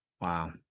Wow